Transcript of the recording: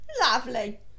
lovely